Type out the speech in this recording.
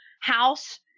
house